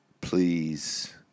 please